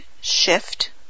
shift